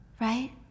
right